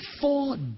Four